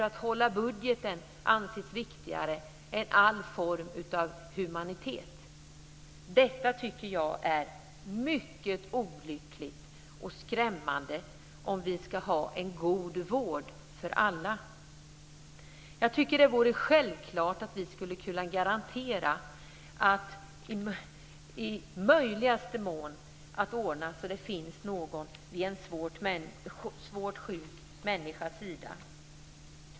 Att hålla budgeten anses viktigare än all form av humanitet. Detta tycker jag är mycket olyckligt och skrämmande, om vi ska ha en god vård för alla. Jag tycker att det vore självklart att vi i möjligaste mån skulle ordna det så att det fanns någon vid en svårt sjuk människas sida.